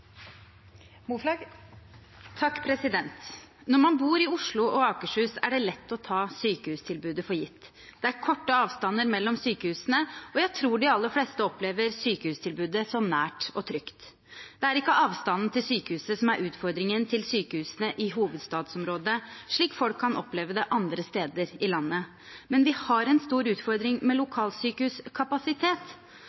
det lett å ta sykehustilbudet for gitt. Det er korte avstander mellom sykehusene, og jeg tror de aller fleste opplever sykehustilbudet som nært og trygt. Det er ikke avstanden til sykehuset som er utfordringen i hovedstadsområdet, slik folk kan oppleve det andre steder i landet. Men vi har en stor utfordring med